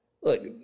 look